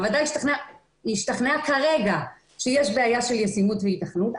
הוועדה השתכנעה כרגע שיש בעיה של ישימות והיתכנות,